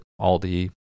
Aldi